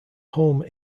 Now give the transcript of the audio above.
home